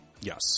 Yes